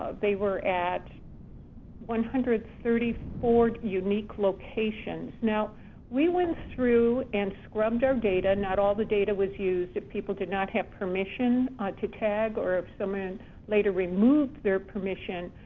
ah they were at one hundred and thirty four unique locations. now we went through and scrubbed our data. not all the data was used. if people did not have permission to tag or if someone later removed their permission,